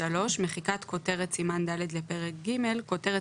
מחיקת כותרת סימן ד' לפרק ג' 3. כותרת